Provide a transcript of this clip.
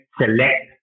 select